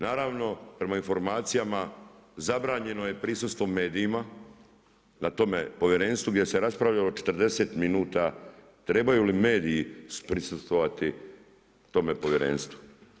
Naravno, prema informacijama, zabranjeno je prisustvo medijima na tome povjerenstvu gdje se raspravljalo 40 minuta, trebaju li mediji prisustvovati tome povjerenstvu.